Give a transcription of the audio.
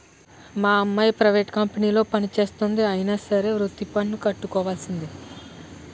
మా అమ్మాయి ప్రైవేట్ కంపెనీలో పనిచేస్తంది అయినా సరే వృత్తి పన్ను కట్టవలిసిందే